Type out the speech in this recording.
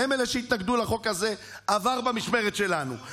הם אלה שהתנגדו לחוק הזה הוא עבר במשמרת שלנו.